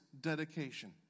dedication